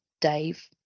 Dave